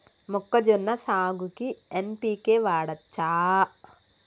మొక్కజొన్న సాగుకు ఎన్.పి.కే వాడచ్చా?